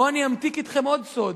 בואו אני אמתיק אתכם עוד סוד: